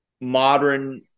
modern